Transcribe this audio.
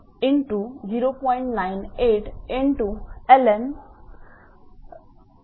म्हणून 𝑉0124